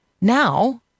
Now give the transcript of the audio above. Now